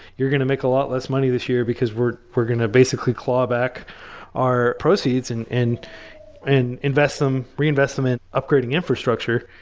you're going to make a lot less money this year, because we're we're going to basically claw back our proceeds and and and reinvest them reinvest them at upgrading infrastructure.